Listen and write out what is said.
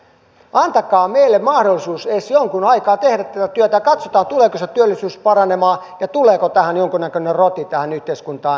antakaa meille mahdollisuus edes jonkun aikaa tehdä tätä työtä ja katsotaan tuleeko se työllisyys paranemaan ja tuleeko tähän yhteiskuntaan jonkunnäköinen roti näiltä mainituilta aloilta